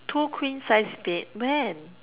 two queen size bed when